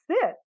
sit